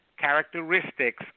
characteristics